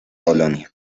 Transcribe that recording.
polonia